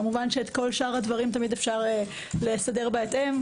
את שאר הדברים אפשר לסדר בהתאם.